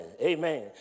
amen